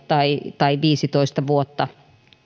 tai tai viisitoista vuotta